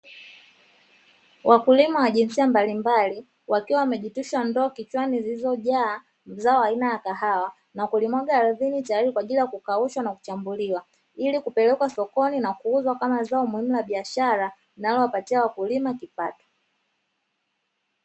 Wakulima wa jinsia mbalimbali wakiwa wamejitwisha ndoa kichwani zilizojaa zao aina ya kahawa, na kulimwaga ardhini tayari kwaajili ya kukaushwa na kuchambuliwa, ili kupelekwa sokoni na kuuzwa kama zao muhimu la biashara linalowapatia wakulima kipato.